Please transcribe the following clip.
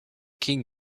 king